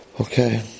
okay